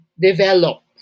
develop